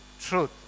truth